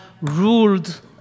ruled